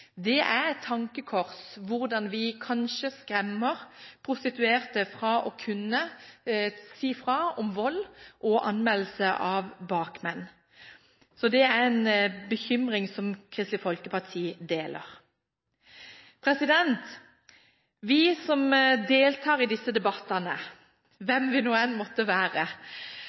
Det er et tankekors hvordan vi kanskje skremmer prostituerte fra å si fra om vold og anmelde bakmenn. Det er en bekymring som Kristelig Folkeparti deler. Vi som deltar i disse debattene, hvem vi nå enn måtte være,